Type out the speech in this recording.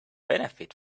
benefit